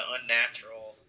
unnatural –